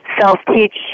self-teach